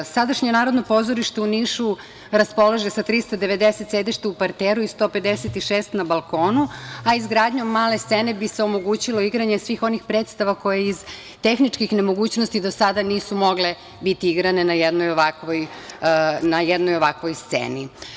Sadašnje Narodno pozorište u Nišu raspolaže sa 390 sedišta u parteru i 156 na balkonu, a izgradnjom male scene bi se omogućilo igranje svih onih predstava koje iz tehničkih nemogućnosti do sada nisu mogle biti igrane na jednoj ovakvoj sceni.